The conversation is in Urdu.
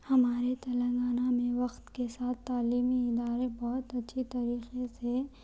ہمارے تلگنانہ میں وقت کے ساتھ تعلیمی ادارے بہت اچھی طریقہ سے